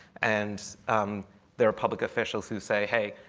and there are public officials who say, hey,